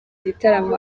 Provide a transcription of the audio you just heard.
gitaramo